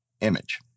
image